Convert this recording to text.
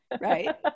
right